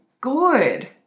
good